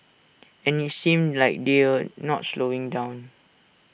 and IT seems like they're not slowing down